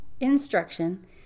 instruction